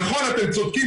נכון אתם צודקים,